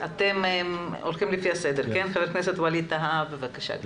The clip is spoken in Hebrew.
ח"כ ווליד טאהא בבקשה.